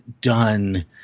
done